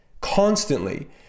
constantly